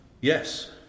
Yes